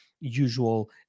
usual